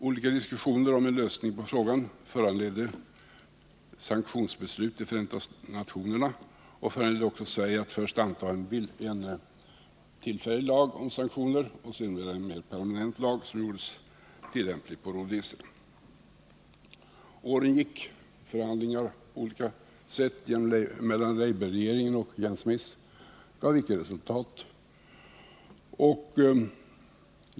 Olika diskussioner om en lösning på frågan föranledde på begäran av Storbritannien ett sanktionsbeslut i Förenta nationerna och föranledde också Sverige att först anta en tillfällig lag om sanktioner och sedan en mer permanent lag som gjordes tillämplig på Rhodesia. Åren gick, och förhandlingar på olika sätt mellan labourregeringen och Ian Smith gav inte resultat.